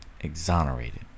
exonerated